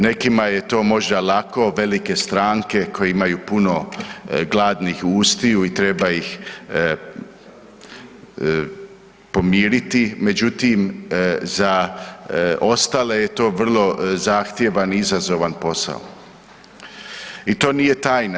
Nekima je to možda lako, velike stranke koje imaju puno gladnih ustiju i treba ih pomiriti, međutim za ostale je to vrlo zahtjevan i izazovan posao i to nije tajna.